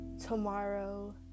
Tomorrow